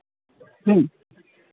ᱦᱮᱸ